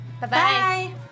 Bye-bye